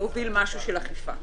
מוביל משהו של אכיפה.